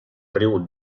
riu